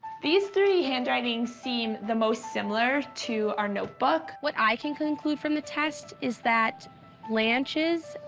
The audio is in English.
these three handwritings seem the most similar to our notebook. what i can conclude from the test is that blanche's,